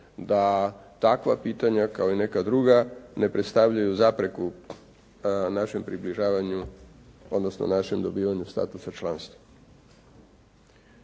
da takva pitanja kao i neka druga ne predstavljaju zapreku našem približavanju, odnosno našem dobivanju statusa članstva.